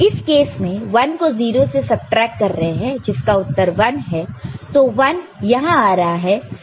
इस केस में 1 को 0 से सबट्रैक्ट कर रहे हैं जिसका उत्तर 1 है तो 1 यहां आ रहा है